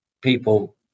people